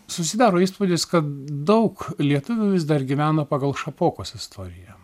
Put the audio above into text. susidaro įspūdis kad daug lietuvių vis dar gyvena pagal šapokos istoriją